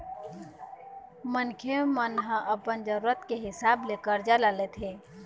मनखे मन ह अपन जरुरत के हिसाब ले करजा ल लेथे